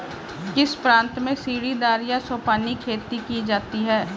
किस प्रांत में सीढ़ीदार या सोपानी खेती की जाती है?